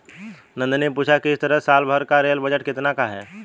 नंदनी ने पूछा कि इस साल भारत का रेल बजट कितने का है?